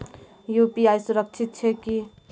UPI सुरक्षित छै की?